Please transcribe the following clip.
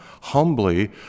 humbly